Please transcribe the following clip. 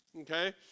Okay